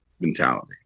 mentality